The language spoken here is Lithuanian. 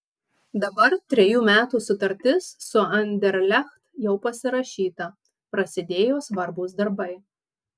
dabar trejų metų sutartis su anderlecht jau pasirašyta prasidėjo svarbūs darbai